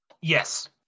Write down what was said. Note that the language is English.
Yes